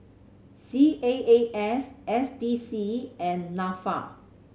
C A A S S D C and Nafa